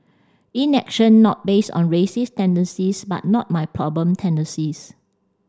inaction not based on racist tendencies but not my problem tendencies